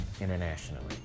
internationally